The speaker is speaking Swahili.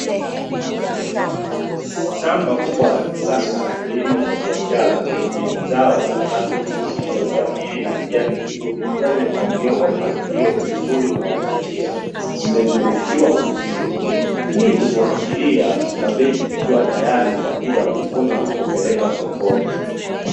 Shamba kubwa la kisasa la kilimo cha biashara lenye zao la kabichi, lililoshamiri na kijani kizuri likiwa limepangiliwa kwa mpangilio mzuri unao vutia. Imezungushiwa uzio, hii huashiria kabichi zikiwa tayari kwa ajili ya kuvunwa na kupeleka sokoni.